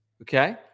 Okay